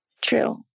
True